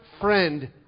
friend